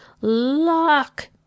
lock